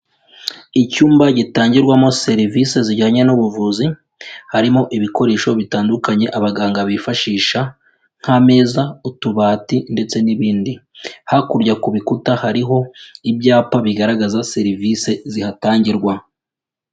Icyumba gitangirwamo serivisi zijyanye n'ubuvuzi, harimo ibikoresho bitandukanye abaganga bifashisha nk'ameza, utubati ndetse n'ibindi, hakurya ku bikuta hariho ibyapa bigaragaza serivisi zihatangirwa.